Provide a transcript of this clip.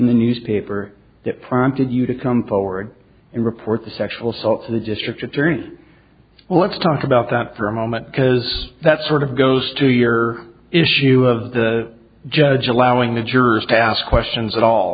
in the newspaper that prompted you to come forward and report the sexual assault to the district attorney well let's talk about that for a moment because that sort of goes to your issue of the judge allowing the jurors to ask questions at all